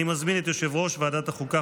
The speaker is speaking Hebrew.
אני מזמין את יושב-ראש ועדת החוקה,